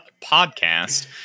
podcast